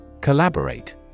Collaborate